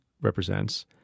represents